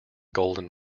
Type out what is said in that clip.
golden